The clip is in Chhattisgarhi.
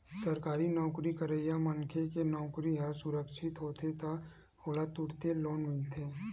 सरकारी नउकरी करइया मनखे के नउकरी ह सुरक्छित होथे त ओला तुरते लोन मिलथे